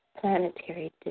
planetary